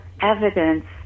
evidence